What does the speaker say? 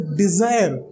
desire